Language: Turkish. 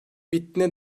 bittiğine